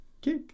kick